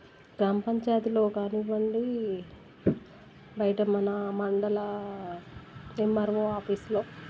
గ్రామపంచాయతీలో కానివ్వండి బయట మన మండల ఎంఆర్వో ఆఫీస్లో